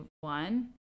one